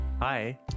hi